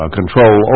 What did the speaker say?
control